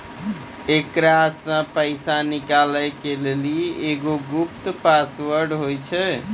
एकरा से पैसा निकालै के लेली एगो गुप्त पासवर्ड होय छै